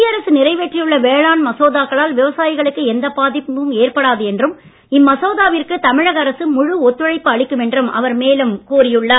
மத்திய அரசு நிறைவேற்றியுள்ள வேளாண் மசோதாக்களால் விவசாயிகளுக்கு எந்த பாதிப்பும் ஏற்படாது என்றும் இம்மசோதாவிற்கு தமிழக அரசு முழு ஒத்துழைப்பு அளிக்கும் என்றும் அவர் மேலும் கூறியுள்ளார்